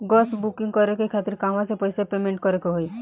Gas booking करे के खातिर कहवा से पैसा पेमेंट करे के होई?